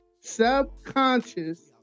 subconscious